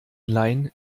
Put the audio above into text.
laien